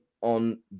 on